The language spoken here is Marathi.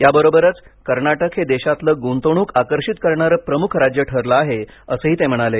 याबरोबरच कर्नाटक हे देशातलं गुंतवणूक आकर्षित करणारं प्रमुख राज्य ठरलं आहे असंही ते म्हणाले